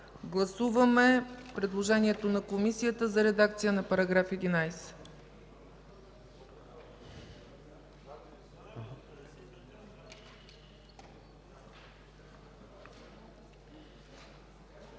Гласуваме предложението на Комисията за редакция на § 11.